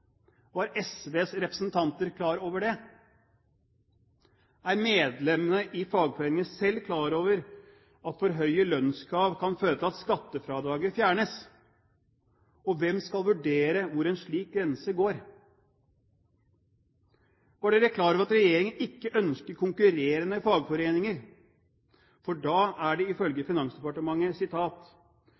SVs representanter klar over det? Er medlemmene i fagforeningene selv klar over at for høye lønnskrav kan føre til at skattefradraget fjernes? Og hvem skal vurdere hvor en slik grense går? Var dere klar over at regjeringen ikke ønsker konkurrerende fagforeninger? For da er det, ifølge